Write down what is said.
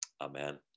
Amen